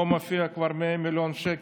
פה מופיע כבר 100 מיליון שקל,